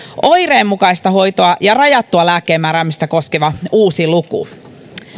oireenmukaista hoitoa ja rajattua lääkkeenmääräämistä koskeva uusi luku